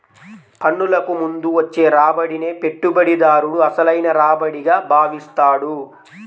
పన్నులకు ముందు వచ్చే రాబడినే పెట్టుబడిదారుడు అసలైన రాబడిగా భావిస్తాడు